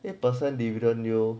eight person dividend yield